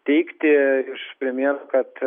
teikti iš premjero kad